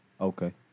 Okay